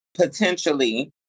potentially